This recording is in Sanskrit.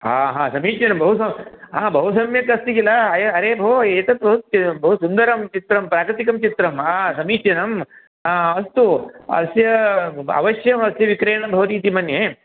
समीचीनं बहुसम् बहुसम्यक् अस्ति किल अ अरे भोः एतद् बहु बहुसुन्दरं चित्रं प्राकृतिकं चित्रं समीचीनं अस्तु अस्य अवश्यम् अस्ति विक्रयणं भवति इति मन्ये